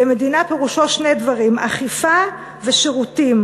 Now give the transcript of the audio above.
ומדינה פירושו שני דברים: אכיפה ושירותים.